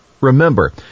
Remember